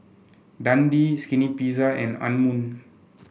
Dundee Skinny Pizza and Anmum